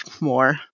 more